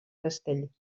castell